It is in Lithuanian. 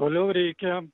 toliau reikia